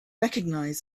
recognize